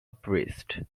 priest